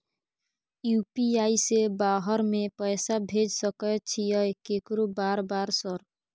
UPI से बाहर में पैसा भेज सकय छीयै केकरो बार बार सर?